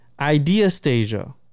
ideastasia